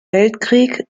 weltkrieg